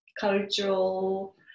cultural